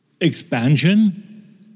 expansion